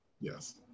Yes